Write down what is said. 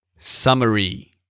Summary